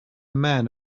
man